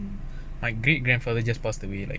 my great grandfather just passed away like